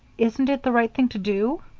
isn't it the right thing to do?